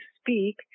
speak